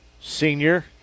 senior